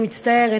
אני מצטערת,